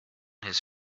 his